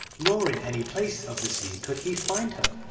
nor in any place of the sea could he find her,